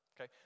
Okay